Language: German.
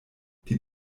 die